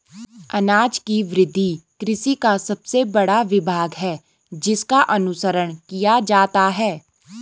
अनाज की वृद्धि कृषि का सबसे बड़ा विभाग है जिसका अनुसरण किया जाता है